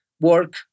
work